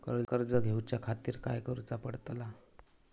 कर्ज घेऊच्या खातीर काय करुचा पडतला?